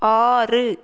ஆறு